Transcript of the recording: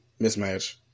mismatch